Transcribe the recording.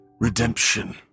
redemption